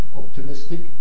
optimistic